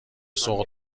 سوق